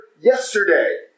yesterday